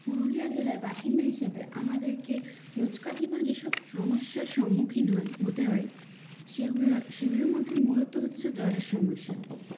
পুরুলিয়া জেলার বাসিন্দা হিসেবে আমাদেরকে রোজকার জীবনে যেসব সমস্যার সম্মুখীন হয় হতে হয় সেগুলো সেগুলোর মধ্যে মূলত হচ্ছে জলের সমস্যা